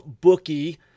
bookie